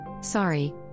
Sorry